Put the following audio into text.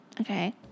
Okay